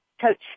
Coach